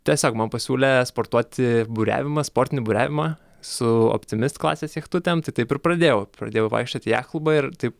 tiesiog man pasiūlė sportuoti buriavimą sportinį buriavimą su optimist klasės jachtutėm tai taip ir pradėjau pradėjau vaikščiot į jachtklubą ir taip